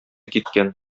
киткән